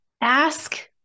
ask